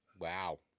Wow